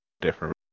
different